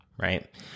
right